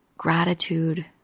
Gratitude